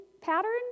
patterns